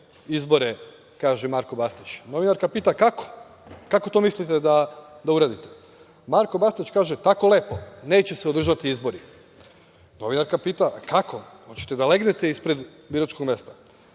izbore, kaže Marko Bastać. Novinarka pita – kako? Kako to mislite da uradite? Marko Bastać kaže – tako lepo, neće se održati izbori. Novinarka pita – a kako? Hoćete da legnete ispred biračkog mesta?